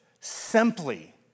simply